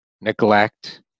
neglect